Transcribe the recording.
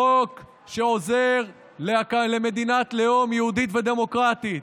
חוק שעוזר למדינת לאום יהודית ודמוקרטית.